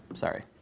sorry.